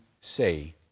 say